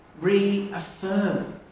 reaffirm